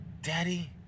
Daddy